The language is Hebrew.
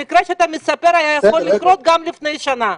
המקרה שאתה מספר, היה יכול לקרות גם לפני שנה,